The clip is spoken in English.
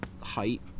height